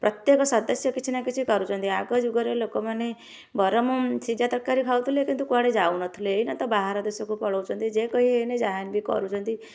ପ୍ରତ୍ୟେକ ସଦସ୍ୟ କିଛି ନ କିଛି କରୁଛନ୍ତି ଆଗ ଯୁଗରେ ଲୋକମାନେ ଗରମ ସିଝା ତରକାରୀ ଖାଉଥିଲେ କିନ୍ତୁ କୁଆଡ଼େ ଯାଉନଥିଲେ ଏଇନା ତ ବାହାର ଦେଶକୁ ପଳଉଛନ୍ତି ଯେ କେହି ହେନେ ଯାହାହେଲେବି କରୁଛନ୍ତି